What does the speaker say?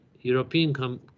European